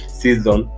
season